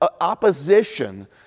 opposition